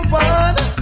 one